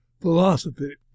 philosophy